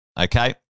Okay